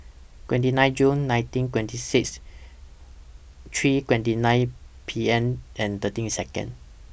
twenty nine June nineteen twenty six three twenty nine P M and thirteen Second